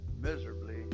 miserably